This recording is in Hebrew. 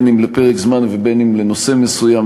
בין אם לפרק זמן ובין אם לנושא מסוים,